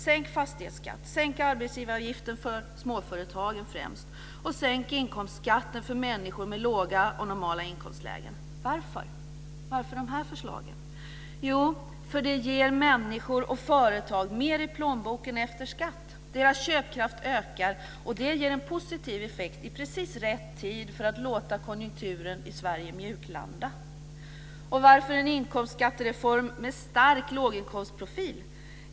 Sänk fastighetsskatten, sänk arbetsgivaravgifter för främst småföretagen och sänk inkomstskatten för människor med låga och normala inkomstlägen. Varför har vi de förslagen? Jo, därför att det ger människor och företag mer i plånboken efter skatt. Deras köpkraft ökar. Det ger en positiv effekt i precis rätt tid för att låta konjunkturen i Sverige mjuklanda. Varför vill vi ha en inkomstskattereform med stark låginkomstprofil?